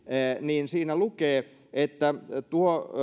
niin siinä lukee että tuo